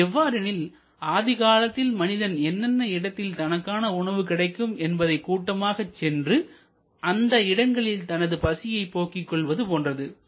இது எவ்வாறெனில் ஆதிகாலத்தில் மனிதன் என்னென்ன இடத்தில் தனக்கான உணவு கிடைக்கும் என்பதை கூட்டமாக சென்று அந்த இடங்களில் தனது பசியைப் போக்கிக் கொள்வது போன்றது